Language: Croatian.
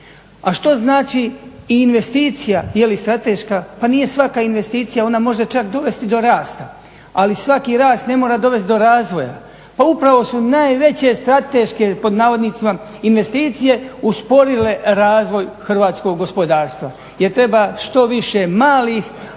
A što znači i investicija, je li strateška, pa nije svaka investicija, ona može čak dovesti do rasta ali svaki rast ne mora dovesti do razvoja. Pa upravo su najveće strateške pod navodnicima investicije usporile razvoj hrvatskog gospodarstva jer treba što više malih,